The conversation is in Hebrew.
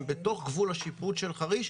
הם בתוך גבול השיפוט של חריש.